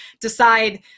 decide